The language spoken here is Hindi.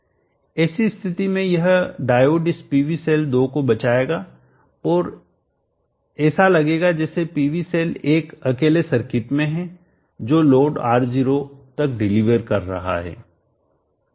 ऐसी स्थिति में यह डायोड इस पीवी सेल 2 को बचाएगा और ऐसा लगेगा जैसे PV सेल 1 अकेले सर्किट में है जो लोड को R0 तक डिलीवर कर रहा है